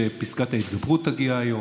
שפסקת ההתגברות תגיע היום,